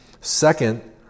Second